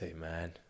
man